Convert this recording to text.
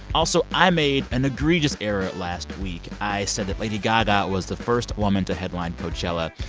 also, i made an egregious error last week. i said that lady gaga was the first woman to headline coachella.